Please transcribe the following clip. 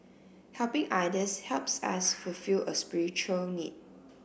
helping others helps us fulfil a spiritual need